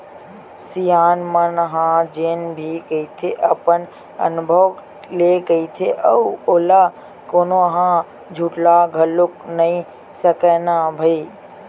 सियान मन ह जेन भी कहिथे अपन अनभव ले कहिथे अउ ओला कोनो ह झुठला घलोक नइ सकय न भई